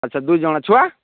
ଆଚ୍ଛା ଦୁଇଜଣ ଛୁଆ